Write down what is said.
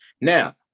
Now